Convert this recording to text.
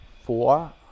four